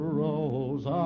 rose